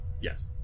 Yes